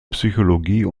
psychologie